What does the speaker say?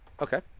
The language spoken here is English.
Okay